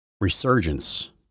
resurgence